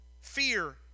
fear